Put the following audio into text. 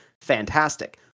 fantastic